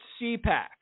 CPAC